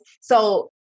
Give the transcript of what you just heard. So-